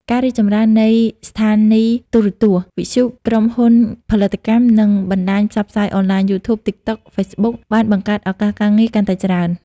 ការរីកចម្រើននៃស្ថានីយទូរទស្សន៍ វិទ្យុ ក្រុមហ៊ុនផលិតកម្ម និងបណ្ដាញផ្សព្វផ្សាយអនឡាញ យូធូប តិកតុក ហ្វេសបុក បានបង្កើតឱកាសការងារកាន់តែច្រើន។